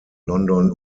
london